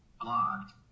blocked